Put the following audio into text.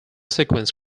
sequence